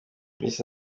miss